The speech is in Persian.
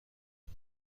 کنم